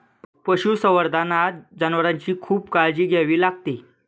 पशुसंवर्धनात जनावरांची खूप काळजी घ्यावी लागते